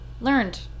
learned